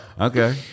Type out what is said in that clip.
Okay